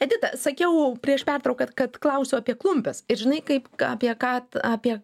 edita sakiau prieš pertrauką kad klausiau apie klumpes ir žinai kaip apie ką apie